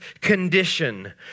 condition